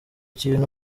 kintu